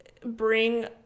bring